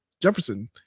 Jefferson